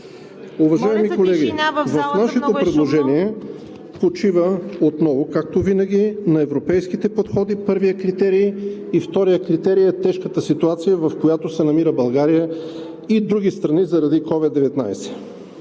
Уважаеми колеги, нашето предложение почива отново, както винаги, на европейските подходи – първият критерий. Вторият критерий е тежката ситуация, в която се намира България и други страни заради COVID-19.